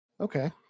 Okay